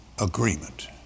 agreement